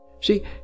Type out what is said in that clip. see